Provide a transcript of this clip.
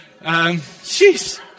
Jeez